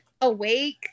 Awake